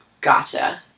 Gotcha